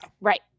Right